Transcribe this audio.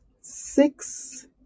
six